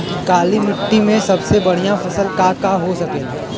काली माटी में सबसे बढ़िया फसल का का हो सकेला?